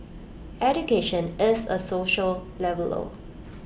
education is A social leveller